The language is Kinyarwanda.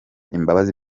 imbabazi